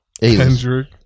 Kendrick